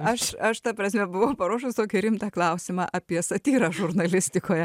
aš aš ta prasme buvau paruošus tokį rimtą klausimą apie satyrą žurnalistikoje